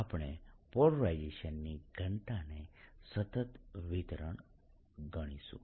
આપણે પોલરાઇઝેશનની ઘનતાને સતત વિતરણ ગણીશું